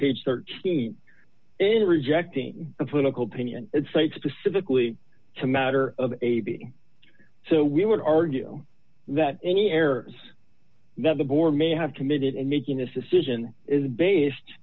page thirteen is rejecting the political pinioned it's fake specifically to matter of a b so we would argue that any errors that the board may have committed in making this decision is based